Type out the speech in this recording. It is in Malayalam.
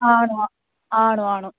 ആണ് ആ ആണ് ആണ്